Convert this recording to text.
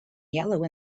yellow